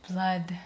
Blood